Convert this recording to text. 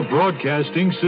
Broadcasting